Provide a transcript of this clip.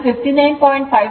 47 angle 59